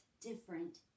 different